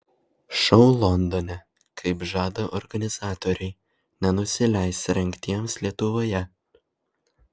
šou londone kaip žada organizatoriai nenusileis rengtiems lietuvoje